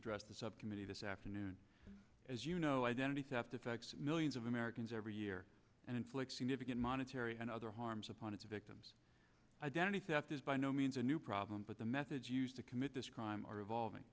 address the subcommittee this afternoon as you know identity theft affects millions of americans every year and inflicts significant monetary and other harms upon its victims identity theft is by no means a new problem but the methods used to commit this crime are evolving